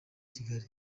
kigali